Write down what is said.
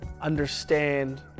understand